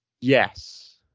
Yes